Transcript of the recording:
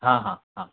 हाँ हाँ हाँ